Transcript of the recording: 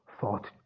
thought